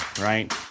right